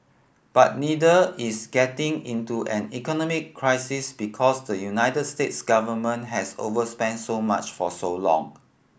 but neither is getting into an economic crisis because the United States government has overspent so much for so long